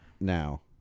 Now